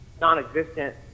non-existent